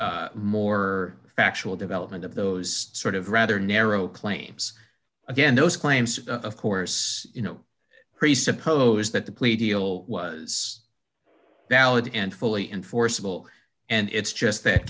be more factual development of those sort of rather narrow claims again those claims of course you know presuppose that the plea deal was valid and fully enforceable and it's just that